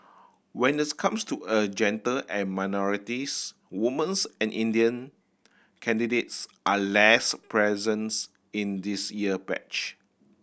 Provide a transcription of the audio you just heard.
when it comes to a gender and minorities woman's and Indian candidates are less presents in this year batch